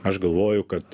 aš galvoju kad